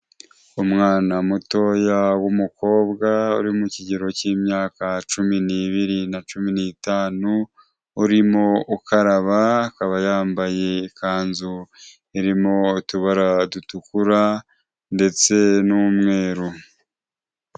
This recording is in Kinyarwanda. Umwana mutoya w'umukobwa uri mu kigero k'imyaka cumi n'ibiri na cumi n'itanu, urimo ukaraba akaba yambaye ikanzu irimo utubara dutukura ndetse n'umweru.